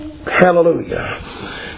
Hallelujah